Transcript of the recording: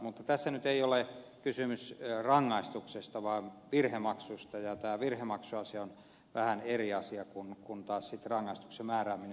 mutta tässä nyt ei ole kysymys rangaistuksesta vaan virhemaksusta ja tämä virhemaksuasia on vähän eri asia kuin taas rangaistuksen määrääminen